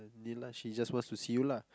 Dilah she just wants to see you lah